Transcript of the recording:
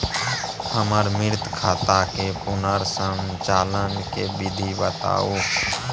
हमर मृत खाता के पुनर संचालन के विधी बताउ?